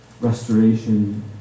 restoration